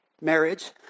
marriage